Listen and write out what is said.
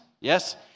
yes